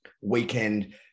weekend